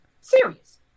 serious